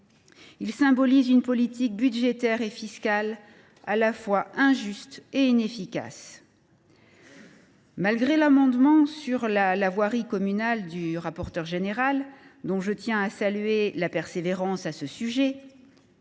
il symbolise une politique budgétaire et fiscale à la fois injuste et inefficace. Malgré le dépôt par le rapporteur général, dont je tiens à saluer la persévérance sur ce sujet,